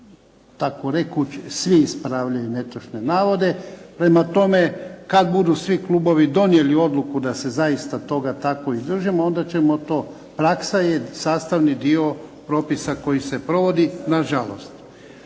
takorekuć svi ispravljaju netočne navode. Prema tome, kad budu svi klubovi donijeli odluku da se zaista toga tako i držimo onda ćemo to. Praksa je sastavni dio propisa koji se provodi, na žalost.